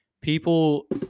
People